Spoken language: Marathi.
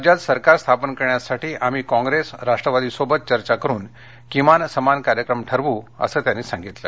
राज्यात सरकार स्थापन करण्यासाठी आम्ही काँप्रेस राष्ट्रवादीसोबत चर्चा करुन किमान समान कार्यक्रम ठरवू असं त्यांनी सांगितलं